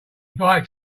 biked